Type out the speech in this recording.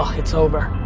um it's over.